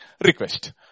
request